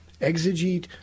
Exegete